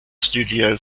studio